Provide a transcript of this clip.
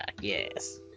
yes